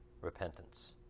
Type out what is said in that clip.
repentance